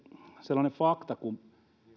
sellainen fakta kun puhuitte